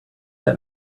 that